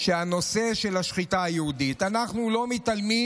בנושא של השחיטה היהודית: אנחנו לא מתעלמים